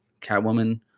Catwoman